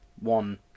one